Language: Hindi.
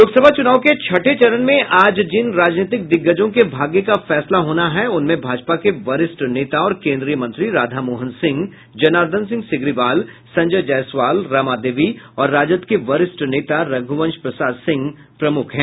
लोकसभा चुनाव के छठे चरण में आज जिन राजनीतिक दिग्गजों के भाग्य का फैसला होना है उनमें भाजपा के वरिष्ठ नेता और केन्द्रीय मंत्री राधामोहन सिंह जनार्दन सिंह सिग्रीवाल संजय जयसवाल रमा देवी और राजद के वरिष्ठ नेता रघुवंश प्रसाद सिंह प्रमूख हैं